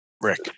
Rick